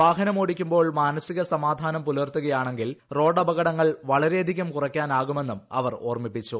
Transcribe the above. വാഹനമോടിക്കുമ്പോൾ മാനസിക സ്മാർമ്മാന്ം പൂലർത്തുകയാണെങ്കിൽ റോഡപകടങ്ങൾ വളരെയധികൾ കുറയ്ക്കാനാകുമെന്നും അവർ ഓർമ്മിപ്പിച്ചു